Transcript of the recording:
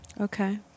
Okay